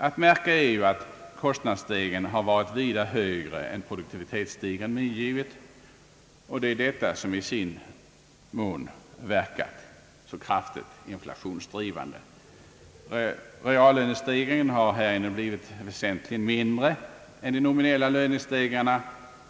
Att märka är att kostnads stegringen varit vida högre än produktivitetsstegringen medgivit, och det är detta som i sin tur verkar så kraftigt inflationsdrivande. Reallönestegringen har härigenom blivit väsentligt mindre än de nominella lönestegringarna.